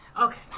Okay